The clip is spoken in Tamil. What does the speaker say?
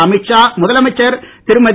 அமீத் ஷா முதலமைச்சர் திருமதி